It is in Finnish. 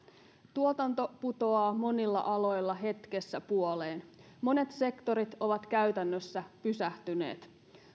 tuotanto putoaa monilla aloilla hetkessä puoleen monet sektorit ovat käytännössä pysähtyneet